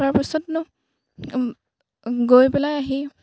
তাৰপিছতনো গৈ পেলাই আহি